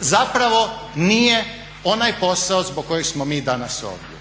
zapravo nije onaj posao zbog kojeg smo mi danas ovdje.